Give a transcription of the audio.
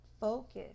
focus